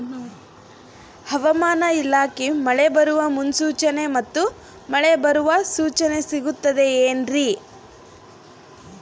ಹವಮಾನ ಇಲಾಖೆ ಮಳೆ ಬರುವ ಮುನ್ಸೂಚನೆ ಮತ್ತು ಮಳೆ ಬರುವ ಸೂಚನೆ ಸಿಗುತ್ತದೆ ಏನ್ರಿ?